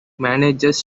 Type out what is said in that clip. manages